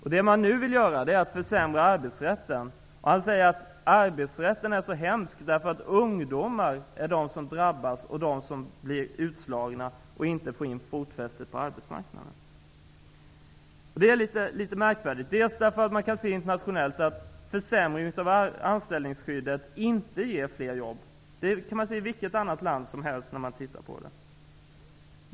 Det man nu vill göra är att försämra arbetsrätten. Han säger att arbetsrätten är så hemsk därför att ungdomar är de som drabbas och blir utslagna och inte får fotfäste på arbetsmarknaden. Det är litet märkligt, för man kan se internationellt att försämringen av anställningsskyddet inte ger fler jobb. Det kan man se i vilket annat land som helst.